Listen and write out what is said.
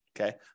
okay